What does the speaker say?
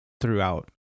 throughout